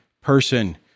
person